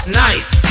nice